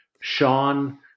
Sean